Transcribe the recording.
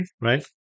right